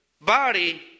body